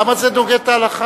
למה זה נוגד את ההלכה?